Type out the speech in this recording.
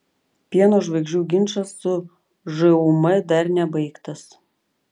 pieno žvaigždžių ginčas su žūm dar nebaigtas